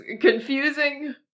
confusing